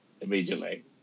immediately